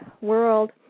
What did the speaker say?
world